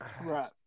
right